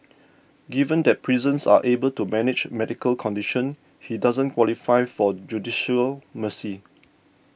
given that prisons are able to manage medical condition he doesn't qualify for judicial mercy